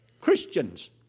Christians